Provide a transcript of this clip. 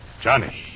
Johnny